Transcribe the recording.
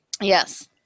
Yes